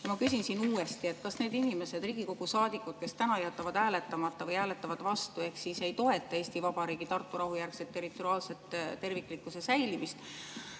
osa. Ma küsin uuesti: kas need inimesed, Riigikogu saadikud, kes täna jätavad hääletamata või hääletavad vastu ehk siis ei toeta Eesti Vabariigi Tartu rahu järgse territoriaalse terviklikkuse säilimist